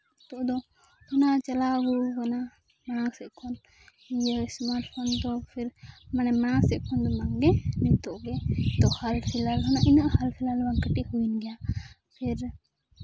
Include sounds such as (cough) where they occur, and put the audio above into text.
ᱱᱤᱛᱚᱜ ᱫᱚ ᱚᱱᱟ ᱪᱟᱞᱟᱣ ᱟᱹᱜᱩ ᱠᱟᱱᱟ ᱢᱟᱲᱟᱝ ᱥᱮᱫ ᱠᱷᱚᱱ ᱤᱭᱟᱹ ᱥᱢᱟᱨᱴ ᱯᱷᱳᱱ ᱫᱚ ᱯᱷᱤᱨ ᱢᱟᱱᱮ ᱢᱟᱲᱟᱝ ᱥᱮᱱ ᱠᱷᱚᱱ ᱫᱚ ᱵᱟᱝᱜᱮ ᱱᱤᱛᱚᱜ ᱜᱮ (unintelligible) ᱠᱟᱹᱴᱤᱡ ᱦᱩᱭᱮᱱ ᱜᱮᱭᱟ ᱯᱷᱤᱨ